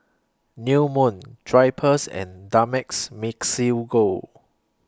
New Moon Drypers and Dumex Mamil Gold